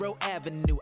Avenue